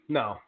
no